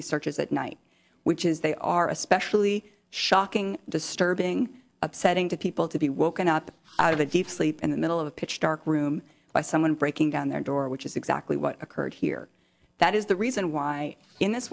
these searches at night which is they are especially shocking disturbing upsetting to people to be woken up out of a deep sleep in the middle of a pitch dark room by someone breaking down their door which is exactly what occurred here that is the reason why in this